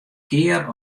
kear